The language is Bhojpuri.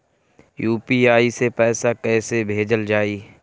यू.पी.आई से पैसा कइसे भेजल जाई?